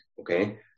Okay